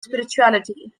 spirituality